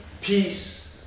Peace